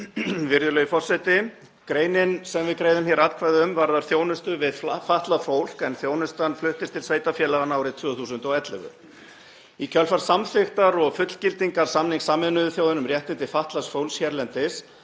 Virðulegi forseti. Greinin sem við greiðum hér atkvæði um varðar þjónustu við fatlað fólk en þjónustan fluttist til sveitarfélaganna árið 2011. Í kjölfar samþykktar og fullgildingar samnings Sameinuðu þjóðanna um réttindi fatlaðs fólks hérlendis